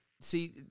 see